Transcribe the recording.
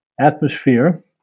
atmosphere